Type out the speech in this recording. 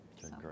great